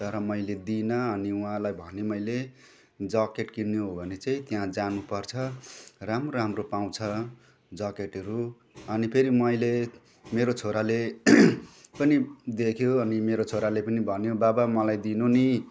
तर मैले दिइनँ अनि उहाँलाई भने मैले ज्याकेट किन्नु हो भने चाहिँ त्यहाँ जानुपर्छ राम्रो राम्रो पाउँछ ज्याकेटहरू अनि फेरि मैले मेरो छोराले पनि देख्यो अनि मेरो छोराले पनि भन्यो बाबा मलाई दिनु नि